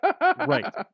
right